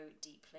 deeply